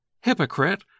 Hypocrite